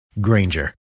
Granger